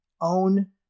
own